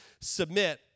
submit